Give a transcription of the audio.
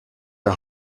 der